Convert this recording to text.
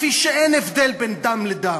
כפי שאין הבדל בין דם לדם.